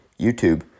youtube